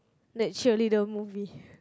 that cheerleader movie